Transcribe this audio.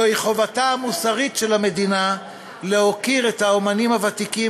זוהי חובתה המוסרית של המדינה להוקיר את האמנים הוותיקים